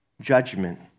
judgment